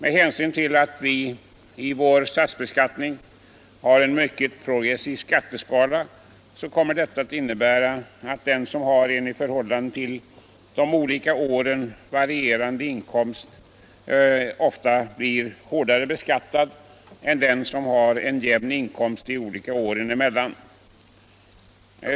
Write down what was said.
Eftersom vi i vår statliga beskattning har en mycket progressiv skatteskala kommer detta att innebära att den som har en mellan de olika åren varierande inkomst ofta blir hårdare beskattad än den som har en jämn inkomst de olika åren emellan.